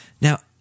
Now